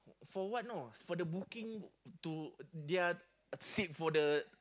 for what know for the booking to their seat for the